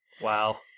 Wow